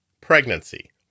Pregnancy